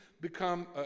become